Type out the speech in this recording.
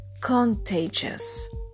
contagious